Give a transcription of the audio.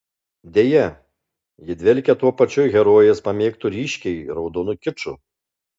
deja ji dvelkia tuo pačiu herojės pamėgtu ryškiai raudonu kiču